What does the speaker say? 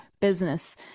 business